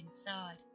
inside